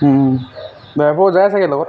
ড্ৰাইভৰো যায় ছাগৈ লগত